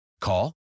Call